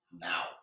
now